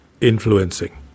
influencing